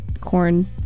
corn